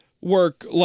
work